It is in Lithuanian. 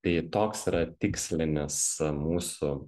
tai toks yra tikslinis mūsų